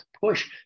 push